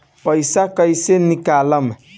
पैसा कैसे निकालम?